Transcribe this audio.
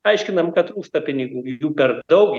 aiškinam kad trūksta pinigų jų per daug